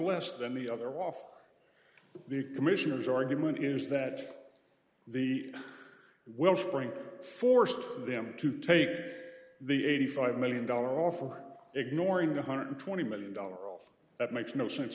less than the other off the commissioner's argument is that the well spring forced them to take the eighty five million dollars offer ignoring one hundred twenty million dollars that makes no sense